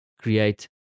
create